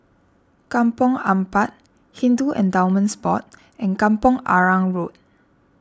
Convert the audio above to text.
Kampong Ampat Hindu Endowments Board and Kampong Arang Road